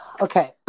Okay